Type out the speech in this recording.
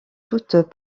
toute